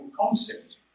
concept